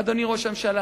אדוני ראש הממשלה,